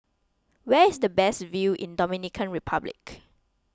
where is the best view in Dominican Republic